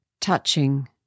Touching